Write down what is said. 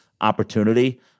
opportunity